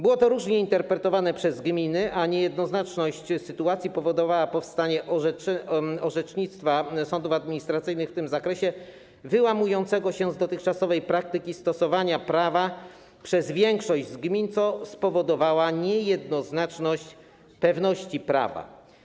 Było to różnie interpretowane przez gminy, a niejednoznaczność sytuacji spowodowała pojawienie się orzecznictwa sądów administracyjnych w tym zakresie wyłamującego się z dotychczasowej praktyki stosowania prawa przez większość z gmin, co spowodowało niejednoznaczność i brak pewności prawa.